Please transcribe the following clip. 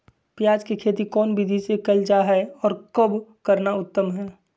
प्याज के खेती कौन विधि से कैल जा है, और कब करना उत्तम है?